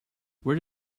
where